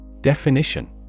Definition